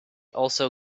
also